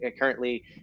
currently